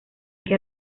que